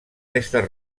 restes